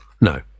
no